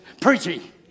Preaching